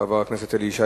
חבר הכנסת אלי ישי,